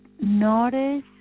notice